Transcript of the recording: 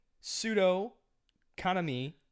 pseudo-kanami